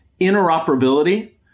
interoperability